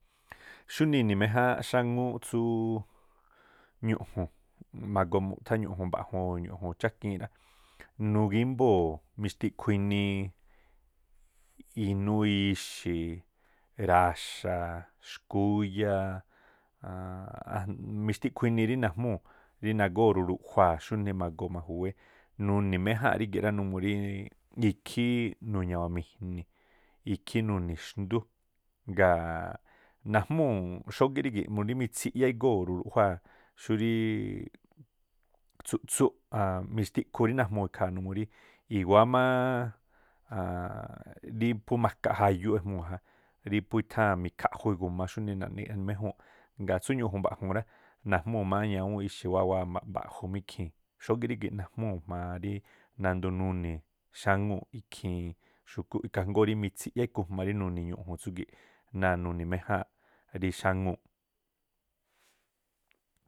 Xúnii ini̱ méjáánꞌ xáŋúúꞌ tsú ñu̱ꞌju̱n. Ñu̱ꞌju̱n magoo mu̱thá ñu̱ꞌju̱n mba̱ju̱u o̱ ñu̱ꞌju̱n chákiinꞌ, nugímbóo̱ mixtiꞌkhu inii inúú ixi̱, raxa̱, xkúyá, mixtikhu inii rí najmúu̱ rí nagóruruꞌjuaa̱, xúnii ma̱goo maju̱wé, nuni̱ méjánꞌ rígi̱ rá numuu rí ikhí nuñawa̱nmi̱jni̱, ikhí nuni̱ xndú, ngaa̱ najmúu̱ xógíꞌ rigiꞌnumu rí mitsiꞌyá igóo̱ ruruꞌjuaa̱ xurí tsu̱ꞌtsúꞌ, tsu̱ꞌtsúꞌ mixtikhu rí najmuu̱ ikhaa̱ numuu rí i̱wáá máá rí phú makaꞌ jayuu ejmuu̱ ja, ríphú i̱tháa̱n mikhaꞌju iguma̱ xúnii jaꞌnii e̱ni méjúu̱nꞌ. Ngaa̱ tsú ñu̱ꞌju̱n mba̱juu̱n rá, najmúu̱ má ñawúúnꞌ ixi̱ wáa̱ wáa̱ má mbaꞌju̱ rí ikhii̱n xógíꞌ rígi̱ꞌ najmúu̱ jma̱a rí nandoo nuni̱ xáŋúu̱ ikhii̱n xu̱kúꞌ, ikhaa jngóó rí mitsiꞌyá ikhujma rí nuni̱ ñu̱ꞌju̱n tsúgi̱ꞌ náa̱ nuni̱ méjáa̱nꞌ rí xáŋúu̱ꞌ.